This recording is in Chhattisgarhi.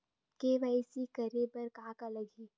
के.वाई.सी करे बर का का लगही?